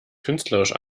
künstlerisch